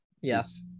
Yes